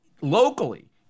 locally